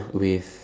with